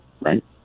right